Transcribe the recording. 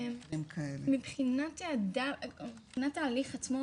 מבחינת ההליך עצמו,